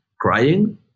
crying